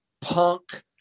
punk